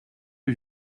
que